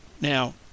Now